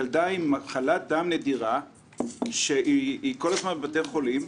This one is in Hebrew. ילדה עם מחלת דם נדירה שנמצאת כל הזמן בבתי חולים.